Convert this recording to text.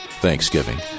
Thanksgiving